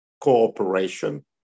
cooperation